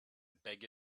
beg